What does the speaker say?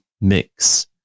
mix